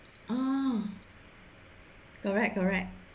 ah correct correct